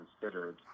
considered